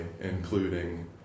including